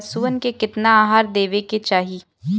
पशुअन के केतना आहार देवे के चाही?